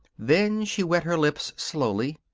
then she wet her lips slowly.